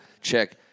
check